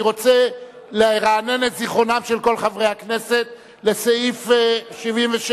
אני רוצה לרענן את זיכרונם של כל חברי הכנסת לסעיף 77(ד).